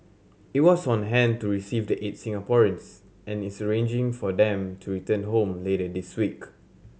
it was on hand to receive the eight Singaporeans and is arranging for them to return home later this week